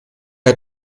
hat